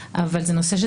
זה נושא מורכב.